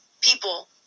people